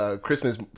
Christmas